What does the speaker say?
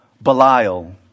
Belial